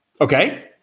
Okay